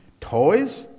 toys